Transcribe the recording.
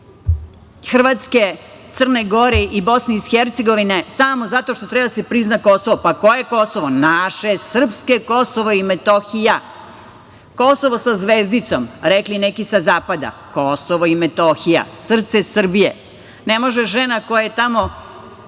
Hrvatske, Crne Gore i BiH, samo zato što treba da se prizna Kosovo. Pa, koje Kosovo. Naše. Srpsko Kosovo i Metohija. Kosovo sa zvezdicom, rekli neki sa zapada. Kosovo i Metohija, srce Srbije. Ne može žena koja je tamo